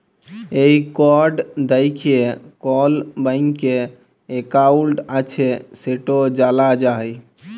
এই কড দ্যাইখে কল ব্যাংকে একাউল্ট আছে সেট জালা যায়